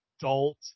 adult